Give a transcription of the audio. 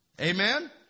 Amen